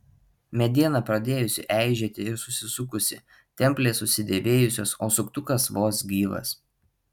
mediena pradėjusi eižėti ir susisukusi templės susidėvėjusios o suktukas vos gyvas